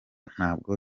ntabwo